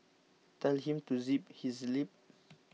tell him to zip his lip